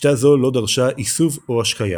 שיטה זו לא דרשה עישוב או השקיה.